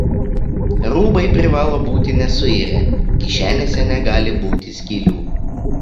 rūbai privalo būti nesuirę kišenėse negali būti skylių